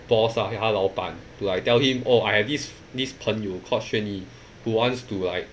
boss ah 他老板 like tell him oh I have this 朋友 called xuan yi who wants to like